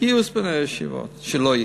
גיוס בני הישיבות שלא יהיה.